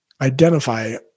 Identify